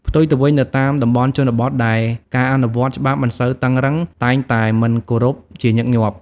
ផ្ទុយទៅវិញ នៅតាមតំបន់ជនបទ ដែលការអនុវត្តច្បាប់មិនសូវតឹងរ៉ឹងតែងតែមិនគោរពជាញឹកញាប់។